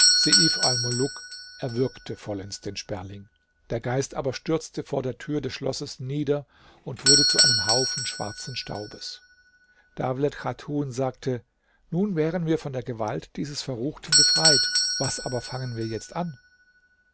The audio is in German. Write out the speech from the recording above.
erwürgte vollends den sperling der geist aber stürzte vor der tür des schlosses nieder und wurde zu einem haufen schwarzen staubes dawlet chatun sagte nun wären wir von der gewalt dieses verruchten befreit was aber fangen wir jetzt an